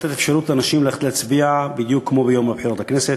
ולתת אפשרות לאנשים ללכת להצביע בדיוק כמו ביום הבחירות לכנסת.